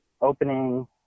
opening